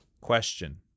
Question